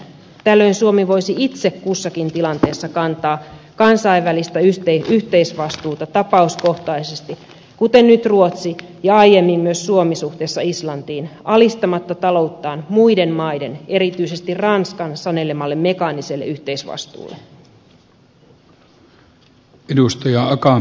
tällöin suomi voisi itse kussakin tilanteessa kantaa kansainvälistä yhteisvastuuta tapauskohtaisesti kuten nyt ruotsi ja aiemmin myös suomi suhteessa islantiin alistamatta talouttaan muiden maiden erityisesti ranskan sanelemalle mekaaniselle yhteisvastuulle